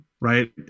Right